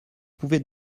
pouvez